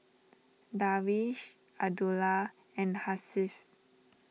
Darwish Abdullah and Hasif